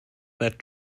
that